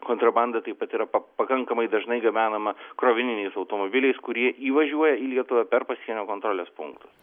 kontrabanda taip pat yra pa pakankamai dažnai gabenama krovininiais automobiliais kurie įvažiuoja į lietuvą per pasienio kontrolės punktus